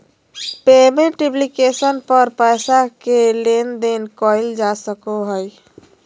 payment application पर पैसा के लेन देन कइल जा सको हइ